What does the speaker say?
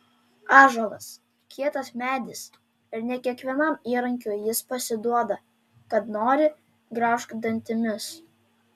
ąžuolas kietas medis ir ne kiekvienam įrankiui jis pasiduoda kad nori graužk dantimis